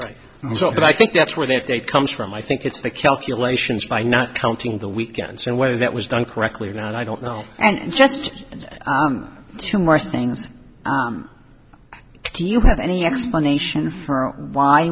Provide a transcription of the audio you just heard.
right but i think that's where that date comes from i think it's the calculations by not counting the weekends and way that was done correctly or not i don't know and just two more things do you have any explanation for why